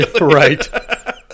Right